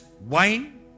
wine